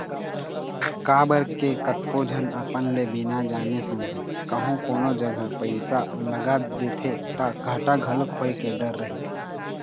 काबर के कतको झन अपन ले बिना जाने समझे कहूँ कोनो जघा पइसा लगा देथे ता घाटा घलोक होय के डर रहिथे